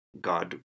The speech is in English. God